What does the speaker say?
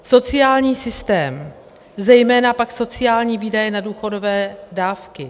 Sociální systém, zejména pak sociální výdaje na důchodové dávky.